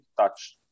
touch